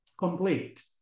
complete